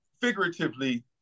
figuratively